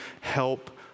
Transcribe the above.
help